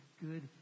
good